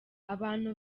abanu